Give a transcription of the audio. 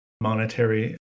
monetary